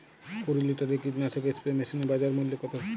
কুরি লিটারের কীটনাশক স্প্রে মেশিনের বাজার মূল্য কতো?